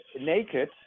naked